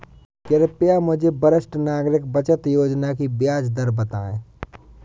कृपया मुझे वरिष्ठ नागरिक बचत योजना की ब्याज दर बताएं?